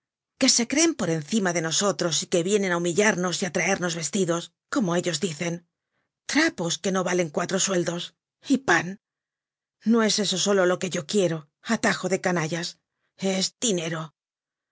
que se creen por encima de nosotros y que vienen á humillarnos y á traernos vestidos como ellos dicen trapos que no valen cuatro sueldos y pan no es eso solo lo que yo quiero atajo de canallas es dinero